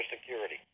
security